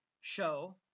show